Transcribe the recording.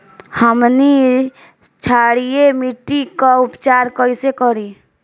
हमनी क्षारीय मिट्टी क उपचार कइसे करी?